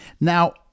Now